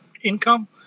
income